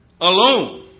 alone